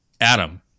Adam